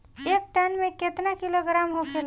एक टन मे केतना किलोग्राम होखेला?